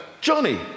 Johnny